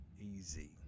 Easy